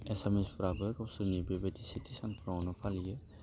एसामिसफ्राबो गावसोरनि बेबायदि सेथि सानफ्रावनो फालियो